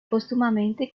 póstumamente